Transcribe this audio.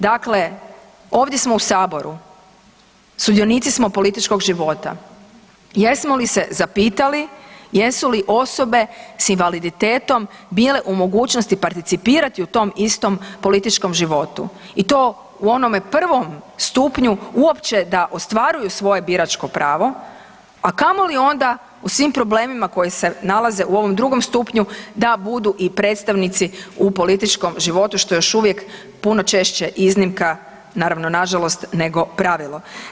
Dakle, ovdje smo u saboru, sudionici smo političkog života jesmo li se zapitali jesu li osobe s invaliditetom bile u mogućnosti participirati u tom istom političkom životu i to u onome prvom stupnju uopće da ostvaruju svoje biračko pravo, a kamoli onda u svim problemima koji se nalaze u ovom drugom stupnju da budu i predstavnici u političkom životu što je još uvijek puno češće iznimka naravno nažalost, nego pravilo.